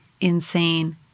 insane